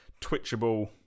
twitchable